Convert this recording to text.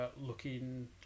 looking